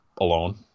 alone